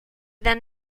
then